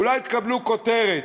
אולי תקבלו כותרת,